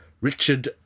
Richard